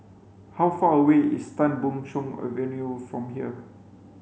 how far away is Tan Boon Chong Avenue from here